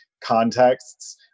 contexts